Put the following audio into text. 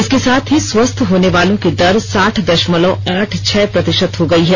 इसके साथ ही स्वस्थ होने वालों की दर साठ दशमलव आठ छह प्रतिशत हो गई है